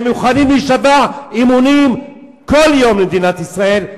הם מוכנים להישבע אמונים כל יום למדינת ישראל,